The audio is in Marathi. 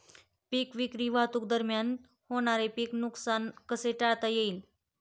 पीक विक्री वाहतुकीदरम्यान होणारे पीक नुकसान कसे टाळता येईल?